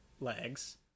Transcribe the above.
legs